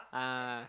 ah